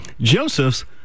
Joseph